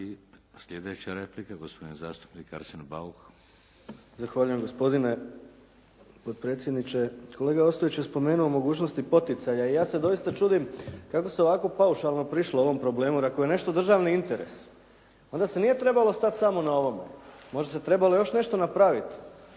I slijedeća replika, gospodin zastupnik Arsen Bauk. **Bauk, Arsen (SDP)** Zahvaljujem gospodine potpredsjedniče. Kolega Ostojić je spomenuo mogućnosti poticaja. Ja se doista čudim kako se ovako paušalno prišlo ovom problemu, jer ako je nešto državni interes, onda se nije trebalo stati samo na ovome. Možda se trebalo još nešto napraviti.